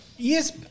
Yes